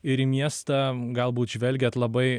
ir į miestą galbūt žvelgiat labai